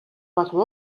болов